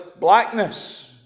blackness